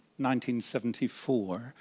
1974